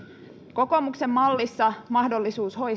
kokoomuksen mallissa mahdollisuus